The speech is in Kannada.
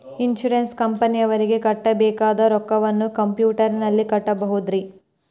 ಇನ್ಸೂರೆನ್ಸ್ ಕಂಪನಿಯವರಿಗೆ ಕಟ್ಟಬೇಕಾದ ರೊಕ್ಕವನ್ನು ಕಂಪ್ಯೂಟರನಲ್ಲಿ ಕಟ್ಟಬಹುದ್ರಿ?